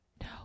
No